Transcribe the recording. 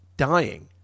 Dying